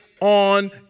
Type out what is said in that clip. on